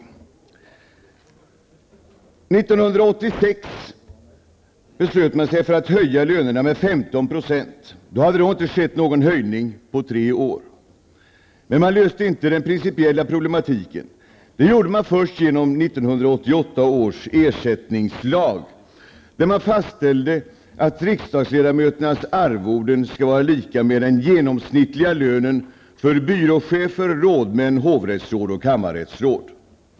1986 beslöt man sig för att höja lönerna med 15 %. Det hade då inte skett någon höjning på tre år. Men man löste inte den principiella problematiken. Det gjorde man först genom 1988 års ersättningslag, där man fastställde att riksdagsledamöternas arvoden skulle vara lika med den genomsnittliga lönen för byråchefer, rådmän, hovrättsråd och kammarrättsråd.